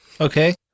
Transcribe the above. Okay